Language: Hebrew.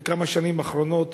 בשנים האחרונות,